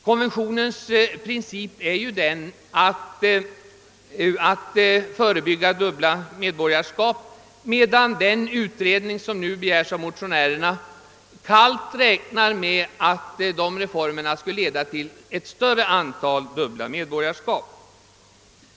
Konventionens princip är ju att förebygga dubbla medborgarskap, medan den utredning som nu begärts av motionärerna kallt räknar med att den skall leda till ett större antal dubbla medborgarskap.